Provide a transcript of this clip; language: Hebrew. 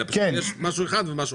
אלא כי יש משהו אחד ויש משהו אחר.